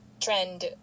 trend